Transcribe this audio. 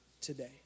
today